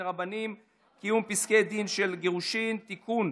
רבניים (קיום פסקי דין של גירושין) (תיקון,